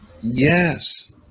Yes